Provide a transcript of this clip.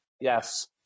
Yes